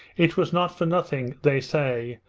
it was not for nothing, they say,